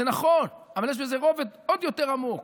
זה נכון, אבל יש בזה רובד עוד יותר עמוק: